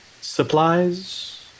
Supplies